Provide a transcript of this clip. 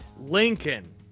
Lincoln